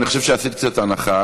אני חושב שעשית קצת הנחה,